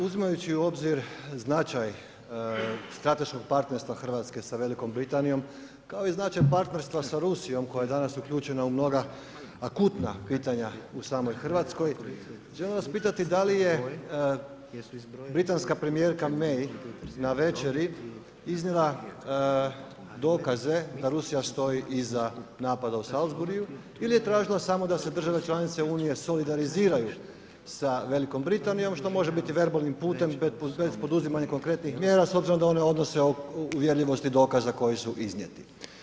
Uzimajući u obzir značaj strateškog partnerstva Hrvatske sa Velikom Britanijom kao i značaj partnerstva sa Rusijom koja je danas uključena u mnoga akutna pitanja u samoj Hrvatskoj, želim vas pitati da li je britanska premijerka May na večeri iznijela dokaze da Rusija stoji iza napada u Salisburyu ili je tražila samo da se države članice Unije solidariziraju sa Velikom Britanijom što može biti verbalnim putem bez poduzimanja konkretnih mjera s obzirom da one odnose uvjerljivosti dokaza koji su iznijeti?